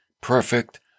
Perfect